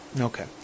Okay